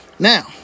Now